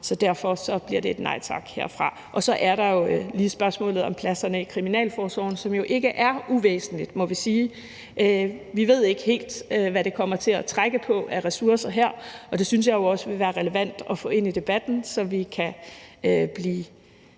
Så derfor bliver det en nej tak herfra. Så er der jo også lige spørgsmålet om pladserne i kriminalforsorgen, som jo ikke er et uvæsentligt spørgsmål, må vi sige. Vi ved ikke helt, hvad det kommer til at trække af ressourcer her, og det synes jeg jo også vil være relevant at få ind i debatten, så vi kan blive